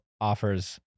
offers